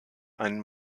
einen